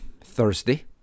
Thursday